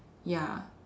ya